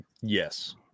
Yes